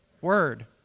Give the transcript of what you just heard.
Word